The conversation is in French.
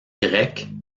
grecque